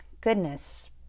goodness